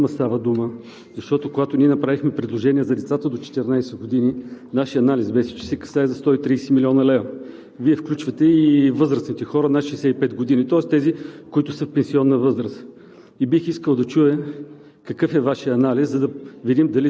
изчисления в числа, да видим за каква сума става дума. Защото, когато ние направихме предложение за децата до 14 години, нашият анализ беше, че се касае за 130 млн. лв. Вие включвате и възрастните хора над 65 години, тоест тези, които са в пенсионна възраст.